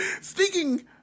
speaking